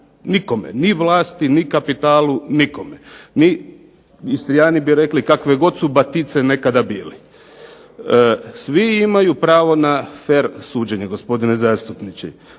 nikome. Ni vlasti, ni kapitalu, nikome. Mi Istrijani bi rekli kakve god su batice nekada bili. Svi imaju pravo na fer suđenje, gospodine zastupniče.